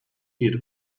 diğeri